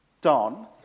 Don